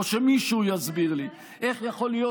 או שמישהו יסביר לי: איך יכול להיות